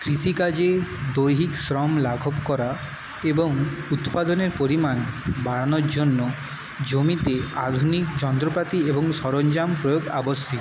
কৃষিকাজে দৈহিক শ্রম লাঘব করা এবং উৎপাদনের পরিমাণ বাড়ানোর জন্য জমিতে আধুনিক যন্ত্রপাতি এবং সরঞ্জাম প্রয়োগ আবশ্যিক